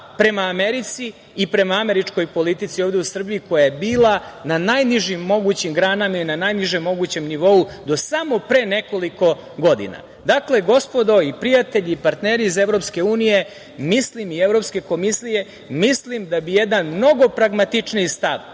prema Americi i prema američkoj politici ovde u Srbiji koja je bila na najnižim mogućim granama i na najnižem mogućem nivou do samo pre nekoliko godina. Dakle, gospodo, prijatelji i partneri iz EU i Evropske komisije, mislim da bi jedan mnogo pragmatičniji stav,